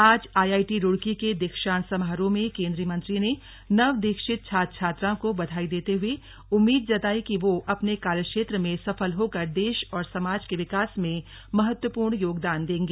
आज आईआईटी रूड़की के दीक्षांत समारोह में केंद्रीय मंत्री ने नव दीक्षित छात्र छात्राओं को बधाई देते हुए उम्मीद जताई कि वह अपने कार्यक्षेत्र में सफल होकर देश और समाज के विकास में महत्वपूर्ण योगदान देंगे